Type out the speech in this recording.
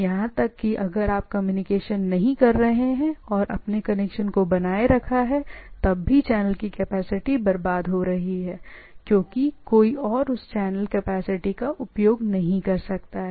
यहां तक कि अगर आप कम्युनिकेशन नहीं कर रहे हैं तो फोन पकड़ना या कोई डेटा कम्युनिकेशन नहीं होना भी चैनल की कैपेसिटी को व्यर्थ करता है कोई अन्य पार्टी चीजों का उपयोग नहीं कर सकती है